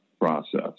process